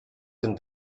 den